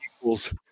Equals